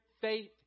faith